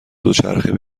دوچرخه